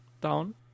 down